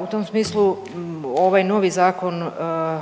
U tom smislu ovaj novi Zakon